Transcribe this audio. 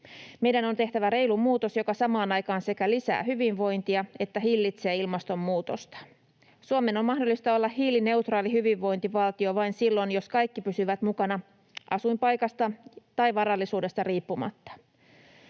Meidän on tehtävä reilu muutos, joka samaan aikaan sekä lisää hyvinvointia että hillitsee ilmastonmuutosta. Suomen on mahdollista olla hiilineutraali hyvinvointivaltio vain silloin, jos kaikki pysyvät mukana asuinpaikasta tai varallisuudesta riippumatta.